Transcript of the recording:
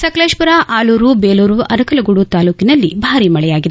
ಸಕಲೇಶಪುರ ಆಲೂರು ಬೇಲೂರು ಅರಕಲಗೂಡು ತಾಲೂಕನಲ್ಲಿ ಭಾರಿ ಮಳೆಯಾಗಿದೆ